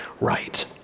right